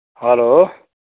hello